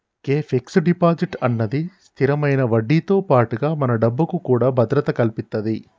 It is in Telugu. గే ఫిక్స్ డిపాజిట్ అన్నది స్థిరమైన వడ్డీతో పాటుగా మన డబ్బుకు కూడా భద్రత కల్పితది